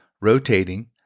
rotating